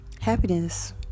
happiness